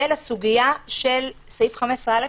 זה לסוגיה של סעיף 15א,